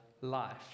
life